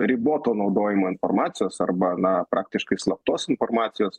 riboto naudojimo informacijos arba na praktiškai slaptos informacijos